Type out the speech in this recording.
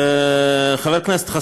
לא, שתי דקות, לא דיברתי יותר.